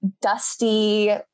dusty